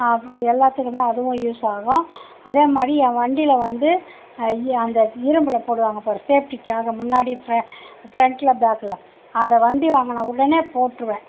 எல்லாத்துக்கும் அதுவும் யூஸ் ஆகும் அதேமாதிரி என் வண்டியில் வந்து அந்த இரும்பில் போடுவாங்க பார் சேஃப்டிக்காக முன்னாடி ஃப்ரண்ட்டில் பேக்கில் அதை வண்டி வாங்கின உடனே போட்டுருவேன்